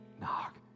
knock